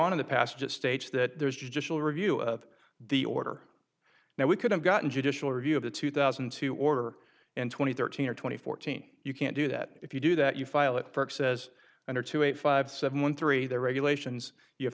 on in the past it states that there is just full review of the order now we could have gotten judicial review of the two thousand and two order and twenty thirteen or twenty fourteen you can't do that if you do that you file it says under two eight five seven one three the regulations you have